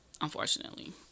unfortunately